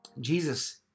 Jesus